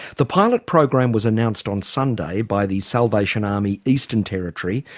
the pilot program was announced on sunday by the salvation army eastern territory,